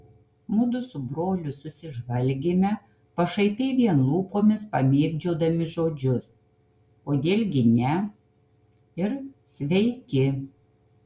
mudu su broliu susižvalgėme pašaipiai vien lūpomis pamėgdžiodami žodžius kodėl gi ne ir sveiki